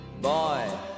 boy